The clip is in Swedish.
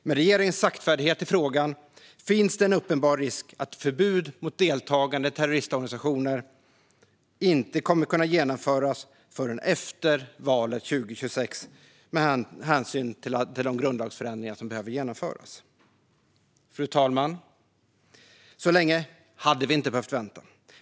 Med regeringens saktfärdighet i frågan finns en uppenbar risk att ett förbud mot deltagande i terroristorganisationer inte kommer att kunna genomföras förrän efter valet 2026, med hänsyn till de grundlagsförändringar som behöver genomföras. Fru talman! Så länge hade vi inte behövt vänta.